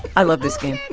i love this game.